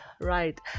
Right